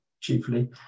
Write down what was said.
chiefly